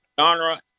genre